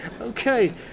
Okay